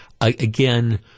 again –